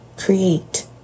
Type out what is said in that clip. Create